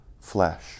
Flesh